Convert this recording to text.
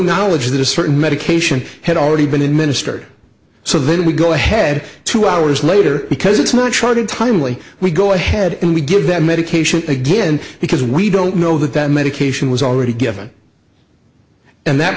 knowledge that a certain medication had already been administered so then we go ahead two hours later because it's not trying to timely we go ahead and we did that medication again because we don't know that that medication was already given and that